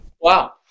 wow